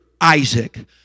Isaac